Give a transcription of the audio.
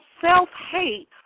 self-hate